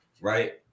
right